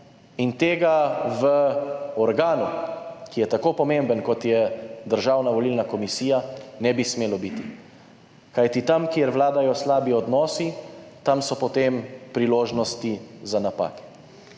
In tega v organu, ki je tako pomemben kot je Državna volilna komisija, ne bi smelo biti. Kajti tam, kjer vladajo slabi odnosi, tam so potem priložnosti za napake.